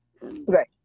Right